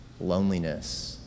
loneliness